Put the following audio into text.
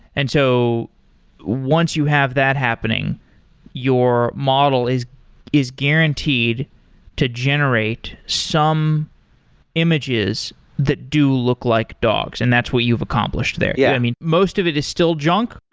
and so once you have that happening your model is is guaranteed to generate some images that do look like dogs and that's what you've accomplished there. yeah i mean, most of it is still junk?